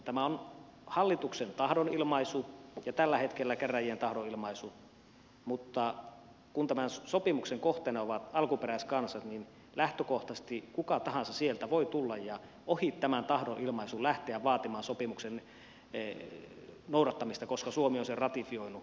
tämä on hallituksen tahdonilmaisu ja tällä hetkellä käräjien tahdonilmaisu mutta kun tämän sopimuksen kohteena ovat alkuperäiskansat niin lähtökohtaisesti kuka tahansa sieltä voi tulla ja ohi tämän tahdonilmaisun lähteä vaatimaan sopimuksen noudattamista koska suomi on sen ratifioinut